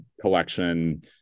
collection